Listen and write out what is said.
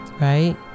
right